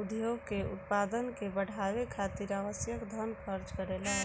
उद्योग के उत्पादन के बढ़ावे खातिर आवश्यक धन खर्च करेला